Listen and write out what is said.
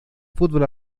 fútbol